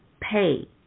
pay